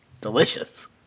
delicious